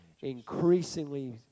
increasingly